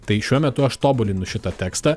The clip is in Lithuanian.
tai šiuo metu aš tobulinu šitą tekstą